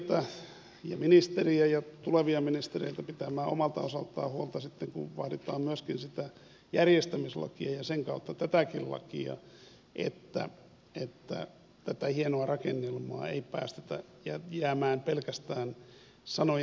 kannustan ministeriötä ministeriä ja tulevia ministereitä pitämään omalta osaltaan huolta sitten kun vaaditaan myöskin sitä järjestämislakia ja sen kautta tätäkin lakia että tätä hienoa rakennelmaa ei päästetä jäämään pelkästään sanojen helinäksi